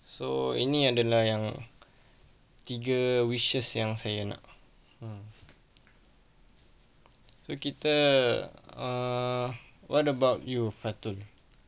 so ini adalah yang tiga wishes yang saya nak mm so kita err what about you fathul